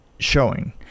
showing